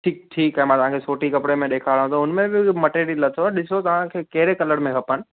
ठीकु ठीकु आहे मां तव्हांखे सोटी कपिड़े में ॾेखारियां थो उन में बि मटेरिल अथव ॾिसोस तव्हांखे कहिड़े कलर में खपनि